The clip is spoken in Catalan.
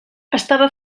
estava